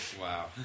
Wow